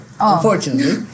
unfortunately